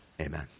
Amen